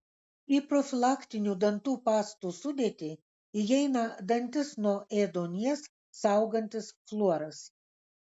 į profilaktinių dantų pastų sudėtį įeina dantis nuo ėduonies saugantis fluoras